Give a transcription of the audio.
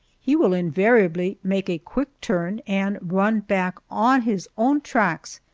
he will invariably make a quick turn and run back on his own tracks,